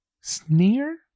sneer